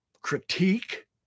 critique